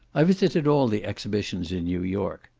i visited all the exhibitions in new york.